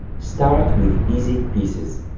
start with easy pieces.